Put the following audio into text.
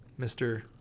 Mr